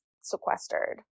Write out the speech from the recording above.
sequestered